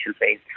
phase